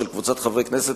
של כמה חברי כנסת,